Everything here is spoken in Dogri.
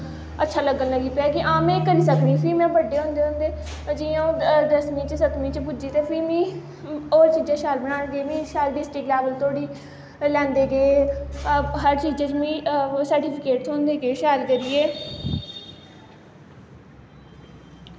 अच्छा लग्गन लगी पेआ कि आम्मी किन्नी सारी ही फ्ही में बड्डे होंदे होंदे जि'यां अ'ऊं दसमीं च सतमीं च पुज्जी ते फ्ही मीं होर चीजां शैल बनान लगी मीं शैल डिस्ट्रिक लैवल धोड़ी लैंदे गे हर चीजां च मीं सर्टीफिकेट थ्होंदे गे शैल करियै